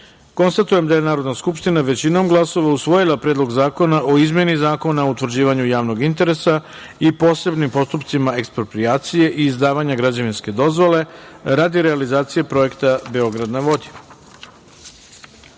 poslanika. Konstatujem da je Narodna skupština, većinom glasova, usvojila Predlog zakona o izmeni Zakona o utvrđivanju javnog interesa i posebnim postupcima eksproprijacije i izdavanja građevinske dozvole radi realizacije projekta „Beograd na vodi“.15.